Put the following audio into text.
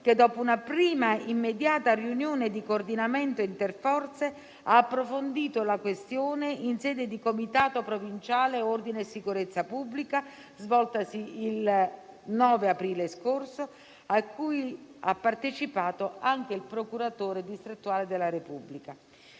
che, dopo una prima immediata riunione di coordinamento interforze, ha approfondito la questione in sede di comitato provinciale per l'ordine e la sicurezza pubblica, svoltosi il 9 aprile scorso, a cui ha partecipato anche il procuratore distrettuale della Repubblica.